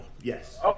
Yes